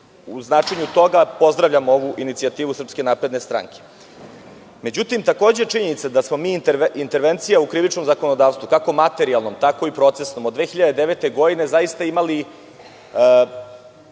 U značenju toga, pozdravljam ovu inicijativu SNS.Međutim, takođe je činjenica da smo mi intervencije u krivičnom zakonodavstvu, kako materijalnom tako i procesnom, od 2009. godine, zaista imali